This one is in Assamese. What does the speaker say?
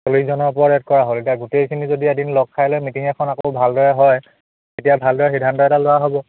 চল্লিছজনৰ ওপৰত এড কৰা হ'ল এতিয়া গোটেইখিনি যদি এদিন লগ খাই লৈ মিটিঙ এখন আকৌ ভালদৰে হয় তেতিয়া ভালদৰে সিদ্ধান্ত এটা লোৱা হ'ব